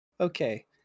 Okay